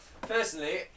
personally